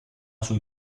sui